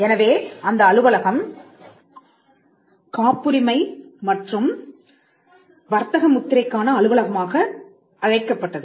எனவே அந்த அலுவலகம் காப்புரிமை மற்றும் வர்த்தக முத்திரைக்கான அலுவலகமாக அழைக்கப்பட்டது